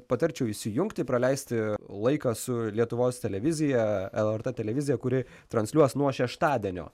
patarčiau įsijungti praleisti laiką su lietuvos televizija lrt televizija kuri transliuos nuo šeštadienio